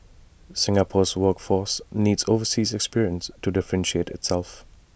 Singapore's workforce needs overseas experience to differentiate itself